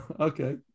okay